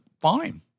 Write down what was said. fine